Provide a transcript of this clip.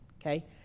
Okay